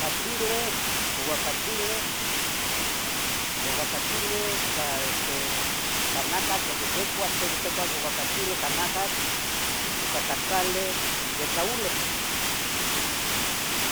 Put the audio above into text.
Ca chile, guaguacachileh, guaguacachile ca este ca nacatl, o que quicuah, tehua ticua guaguacachile ca nacatl, uca tlaxcali, de tlauleh.